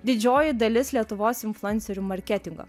didžioji dalis lietuvos influencerių marketingo